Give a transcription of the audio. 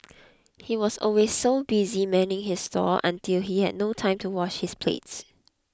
he was always so busy manning his stall until he had no time to wash his plates